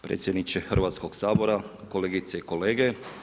Predsjedniče Hrvatskog sabora, kolegice i kolege.